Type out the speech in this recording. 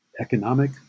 economic